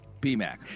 BMAC